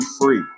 free